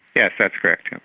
yes, that's correct.